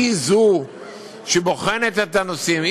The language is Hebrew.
תהיה זו שבוחנת את הנושאים,